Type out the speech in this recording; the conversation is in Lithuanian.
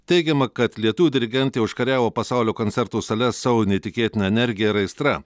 teigiama kad lietuvių dirigentai užkariavo pasaulio koncertų sales savo neįtikėtina energija ir aistra